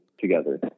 together